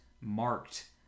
marked